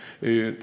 כן, כן.